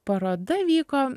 paroda vyko